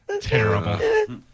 Terrible